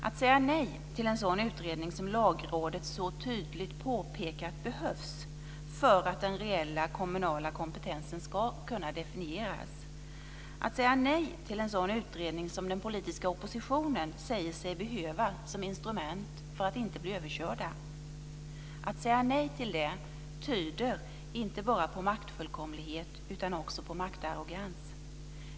Att säga nej till en sådan utredning som Lagrådet så tydligt påpekat behövs för att den reella kommunala kompetensen ska kunna definieras, att säga nej till en sådan utredning som den politiska oppositionen säger sig behöva som instrument för att inte bli överkörda, tyder inte bara på maktfullkomlighet utan också på maktarrogans.